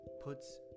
puts